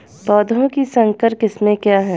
पौधों की संकर किस्में क्या हैं?